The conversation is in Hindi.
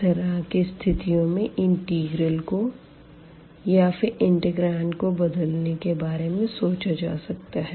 इस तरह की स्थितियों में इंटीग्रल को या फिर इंटीग्रांड को बदलने के बारे में सोचा जा सकता है